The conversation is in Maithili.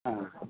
हँ